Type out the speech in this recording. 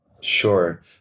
Sure